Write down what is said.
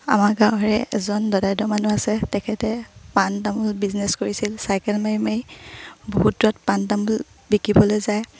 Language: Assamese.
আমাৰ গাঁৱৰে এজন দদায়দ মানুহ আছে তেখেতে পাণ তামোল বিজনেছ কৰিছিল চাইকেল মাৰি মাৰি বহুতৰত পাণ তামোল বিকিবলৈ যায়